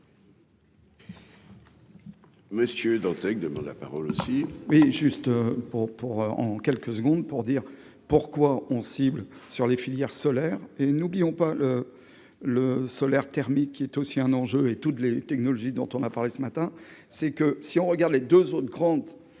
Monsieur Dantec, demande la parole aussi